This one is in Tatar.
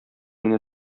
генә